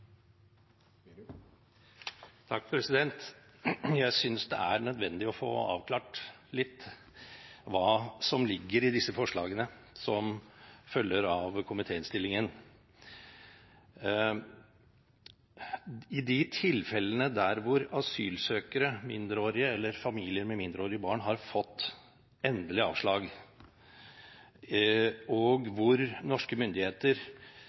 disse forslagene som følger av komitéinnstillingen. I de tilfellene hvor asylsøkere – mindreårige eller familier med mindreårige barn – har fått endelig avslag, og hvor norske myndigheter